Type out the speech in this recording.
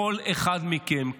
כל אחד מכם,